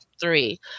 three